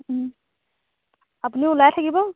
আপুনি ওলাই থাকিব